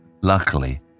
Luckily